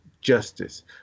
Justice